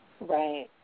right